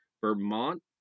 Vermont